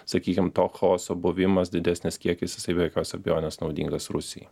sakykim to chaoso buvimas didesnis kiekis jisai be jokios abejonės naudingas rusijai